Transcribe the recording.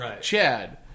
Chad